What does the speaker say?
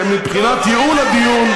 מבחינת ייעול הדיון,